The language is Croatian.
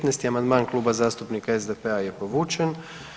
15. amandman, Kluba zastupnika SDP-a je povučen.